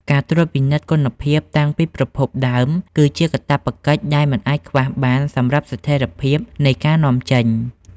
ការត្រួតពិនិត្យគុណភាពតាំងពីប្រភពដើម គឺជាកាតព្វកិច្ចដែលមិនអាចខ្វះបានសម្រាប់ស្ថិរភាពនៃការនាំចេញ។